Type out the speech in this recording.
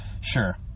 sure